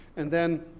and then,